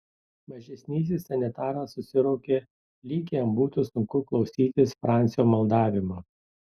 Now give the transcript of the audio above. mažesnysis sanitaras susiraukė lyg jam būtų sunku klausytis francio maldavimų